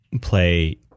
play